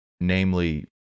namely